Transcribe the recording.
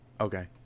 Okay